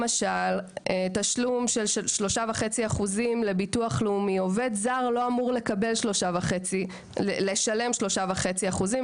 למשל: תשלום של 3.5% לביטוח הלאומי; עובד זר לא אמור לשלם 3.5%,